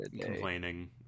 complaining